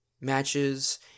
matches